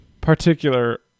particular